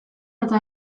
eta